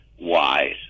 wise